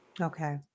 Okay